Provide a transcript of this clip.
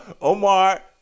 Omar